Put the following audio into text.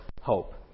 hope